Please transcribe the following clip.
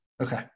Okay